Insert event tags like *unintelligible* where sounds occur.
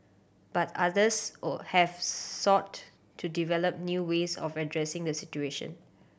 but others *unintelligible* have sought to develop new ways of addressing the situation